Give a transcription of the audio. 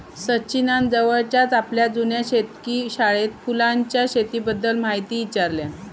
सचिनान जवळच्याच आपल्या जुन्या शेतकी शाळेत फुलांच्या शेतीबद्दल म्हायती ईचारल्यान